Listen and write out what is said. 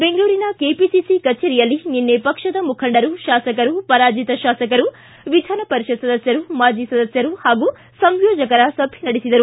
ಬೆಂಗಳೂರಿನ ಕೆಪಿಸಿಸಿ ಕಚೇರಿಯಲ್ಲಿ ನಿನ್ನೆ ಪಕ್ಷದ ಮುಖಂಡರು ಶಾಸಕರು ಪರಾಜಿತ ಶಾಸಕರು ವಿಧಾನಪರಿಷತ್ ಸದಸ್ಕರು ಮಾಜಿ ಸದಸ್ಕರು ಹಾಗೂ ಸಂಯೋಜಕರ ಸಭೆ ನಡೆಸಿದರು